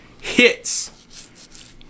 Hits